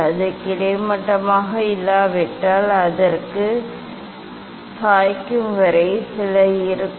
அது கிடைமட்டமாக இல்லாவிட்டால் அதாவது சாய்க்கும் வரை சில இருக்கும்